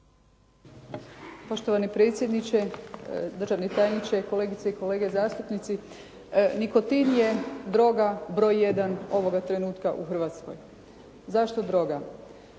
Poštovani predsjedniče, državni tajniče, kolegice i kolege zastupnici. Nikotin je droga broj 1 ovoga trenutka u Hrvatskoj. Zašto droga?